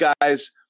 guys